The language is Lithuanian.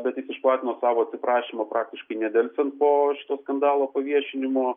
bet tik išplatino savo atsiprašymą praktiškai nedelsiant po šito skandalo paviešinimo